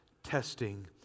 testing